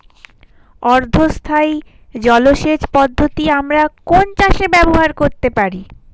অর্ধ স্থায়ী জলসেচ পদ্ধতি আমরা কোন চাষে ব্যবহার করতে পারি?